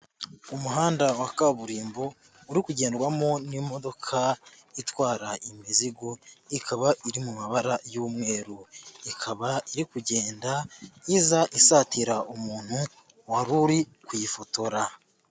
Umuhanda wa kaburimbo uri kugenrwamo n'imodoka itwara imizigo, ikaba iri mu mabara y'umweru, ikaba iri kugenda iza isatira umuntu wari uri kuyifotora.